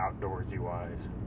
Outdoorsy-wise